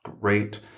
great